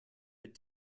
but